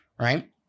Right